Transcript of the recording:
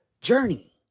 journey